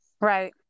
Right